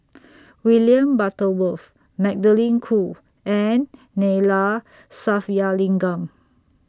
William Butterworth Magdalene Khoo and Neila Sathyalingam